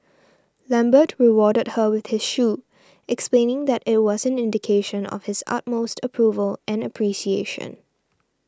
Lambert rewarded her with his shoe explaining that it was an indication of his utmost approval and appreciation